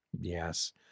Yes